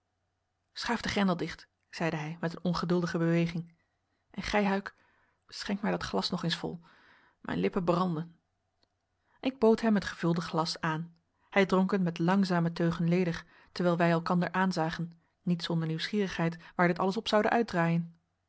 den grendel dicht zeide hij met een ongeduldige beweging en gij huyck schenk mij dat glas nog eens vol mijn lippen branden ik bood hem het gevulde glas aan hij dronk het met langzame teugen ledig terwijl wij elkander aanzagen niet zonder nieuwsgierigheid waar dit alles op zoude uitdraaien